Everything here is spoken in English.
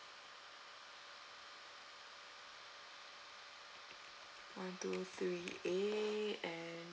one two three A and